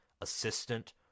assistant